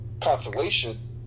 consolation